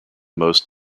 most